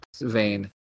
vein